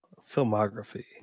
Filmography